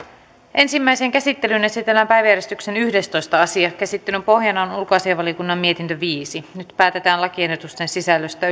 ensimmäiseen käsittelyyn esitellään päiväjärjestyksen yhdestoista asia käsittelyn pohjana on ulkoasiainvaliokunnan mietintö viisi nyt päätetään lakiehdotusten sisällöstä